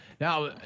Now